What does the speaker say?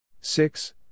Six